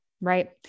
Right